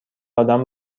ادم